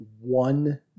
one